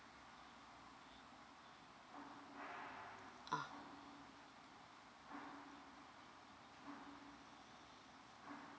ah